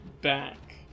back